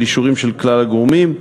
של אישורים של כלל הגורמים.